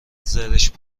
زرشک